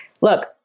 Look